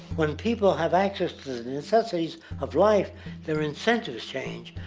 when people have access to the necessities of life, their incentives change.